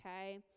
Okay